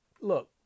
Look